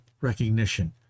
recognition